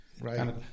right